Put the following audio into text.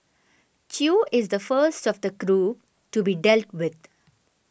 Chew is the first of the group to be dealt with